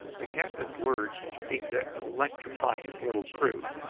the captain's words seemed to electrify his little crew,